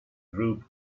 group